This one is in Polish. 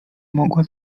mogła